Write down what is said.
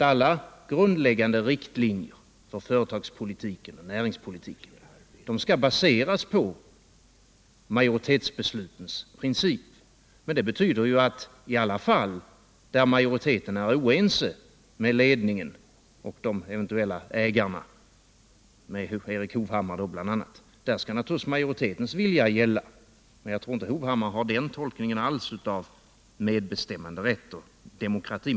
Alla grundläggande riktlinjer för företagspolitiken och näringspolitiken skall baseras på majoritetsbeslutens princip. Det betyder att ide fall där majoriteten är oense med ledningen och de eventuella ägarna, bl.a. då Erik Hovhammar, så skall naturligtvis majoritetens vilja gälla. Jag tror inte alls att Erik Hovhammar har den tolkningen av begreppen medbestämmanderätt och demokrati.